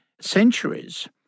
centuries